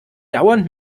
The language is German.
dauernd